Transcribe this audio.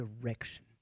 direction